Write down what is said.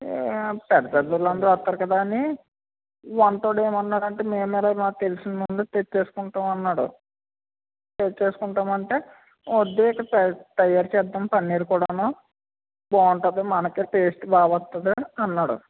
పెద్ద పెద్దవాళ్లు అందరూ వస్తారు కదా అని వంటవాడు ఏమన్నాడంటే మేమే లే మాకు తెలిసిన వాళ్ళు మేమే తెచ్చేసుకుంటాము అన్నాడు తెచ్చేసుకుంటాము అంటే వద్దు ఇక్కడ త తయారు చేద్దాం పన్నీర్ కూడాను బాగుంటుంది మనకి టెస్ట్ బాగొస్తది అన్నాడు